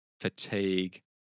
fatigue